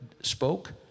spoke